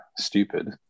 stupid